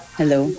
hello